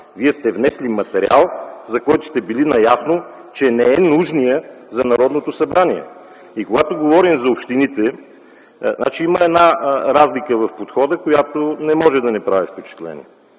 Вие сте внесли материал, за който сте били наясно, че не е нужният за Народното събрание. И когато говорим за общините, има разлика в подхода, която не може да не прави впечатление.